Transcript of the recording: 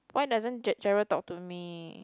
why doesn't Ge~ Gerald talk to me